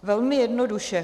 Velmi jednoduše.